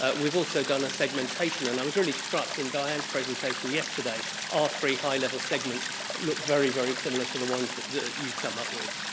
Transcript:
ah we've also done a segmentation and i was really struck in diane's presentation yesterday our three high-level segments look very very similar to the ones that you've come up with.